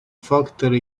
факторы